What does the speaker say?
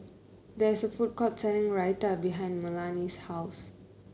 there's a food court selling Raita behind Melany's house